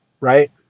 right